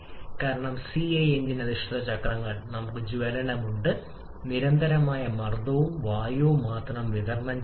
അതിനാൽ ഈ ദിശയിൽ വായു ഇന്ധന അനുപാതം വർദ്ധിച്ചുവരുന്ന